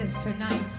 tonight